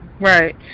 Right